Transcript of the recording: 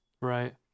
Right